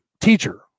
teacher